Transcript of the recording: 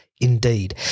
Indeed